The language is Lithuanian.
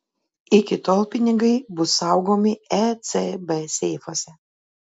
iki tol pinigai bus saugomi ecb seifuose